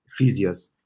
physios